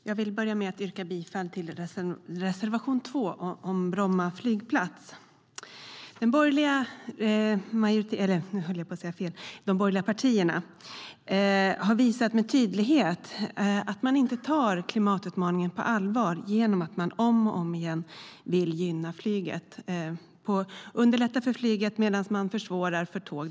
Herr talman! Jag yrkar bifall till reservation 2 om Bromma flygplats.De borgerliga partierna har visat med tydlighet att de inte tar klimatutmaningen på allvar genom att om och om igen gynna flyget. När de var i majoritet underlättade de för flyget samtidigt som de försvårade för tåget.